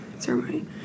ceremony